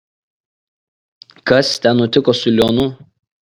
kas ten nutiko su lionu